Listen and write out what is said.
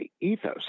ethos